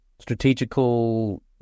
strategical